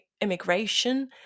immigration